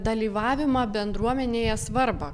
dalyvavimą bendruomenėje svarbą